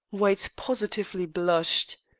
white positively blushed.